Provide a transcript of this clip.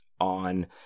on